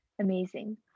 amazing